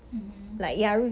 mmhmm